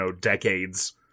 decades